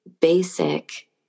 basic